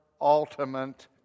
ultimate